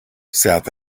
south